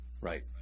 Right